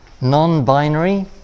Non-binary